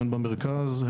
הן במרכז,